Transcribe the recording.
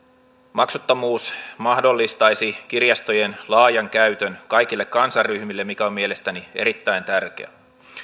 maksuttomuus mahdollistaisi kirjastojen laajan käytön kaikille kansanryhmille mikä on mielestäni erittäin tärkeää